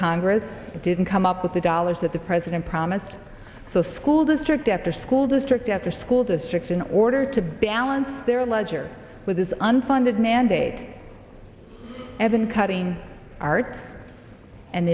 congress that didn't come up with the dollars that the president promised so school district after school district after school districts in order to balance their ledger with this unfunded mandate seven cutting arts and